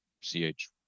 CH